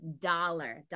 Dollar